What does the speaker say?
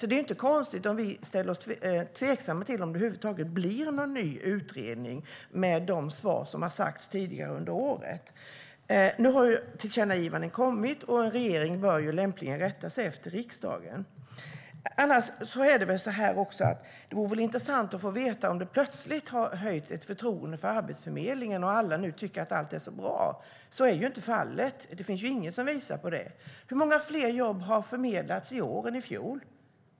Det är inte konstigt om vi ställer oss tveksamma till om det över huvud taget blir någon ny utredning, i och med det som har sagts tidigare under året. Nu har tillkännagivanden kommit, och en regering bör lämpligen rätta sig efter riksdagen. Annars vore det intressant att få veta om förtroendet för Arbetsförmedlingen plötsligt har ökat och om alla nu tycker att allt är bra. Så är inte fallet. Det finns inget som visar på det. Hur många fler jobb har förmedlats i år än i fjol?